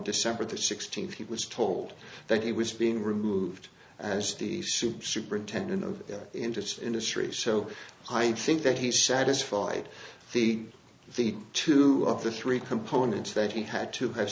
december sixteenth he was told that he was being removed as the super superintendent of interest industries so i think that he satisfied the the two of the three components that he had to have